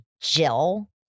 jill